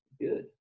Good